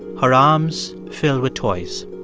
her arms filled with toys